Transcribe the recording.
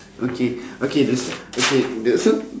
okay okay the okay the